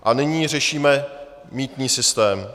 A nyní řešíme mýtný systém.